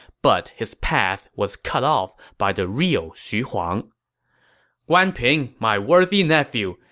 but his path was cut off by the real xu huang guan ping, my worthy nephew,